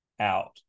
out